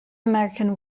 american